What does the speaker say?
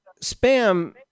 spam